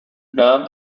nahm